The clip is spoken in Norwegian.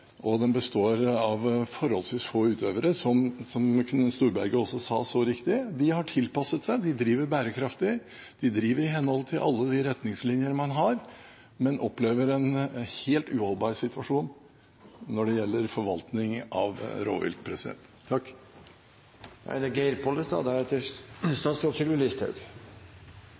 og den består av forholdsvis få utøvere, som representanten Storberget også så riktig sa. De har tilpasset seg, de driver bærekraftig, de driver i henhold til alle de retningslinjer man har, men opplever en helt uholdbar situasjon når det gjelder forvaltning av rovvilt.